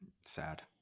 sad